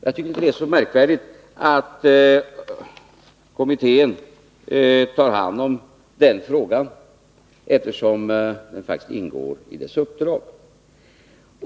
Jag tycker inte att det är så märkvärdigt att kommittén tar hand om den frågan, eftersom den faktiskt ingår i dess uppdrag.